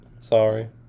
sorry